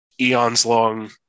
eons-long